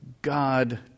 God